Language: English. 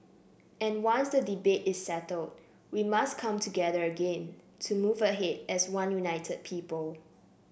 and once the debate is settled we must come together again to move ahead as one united people